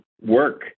work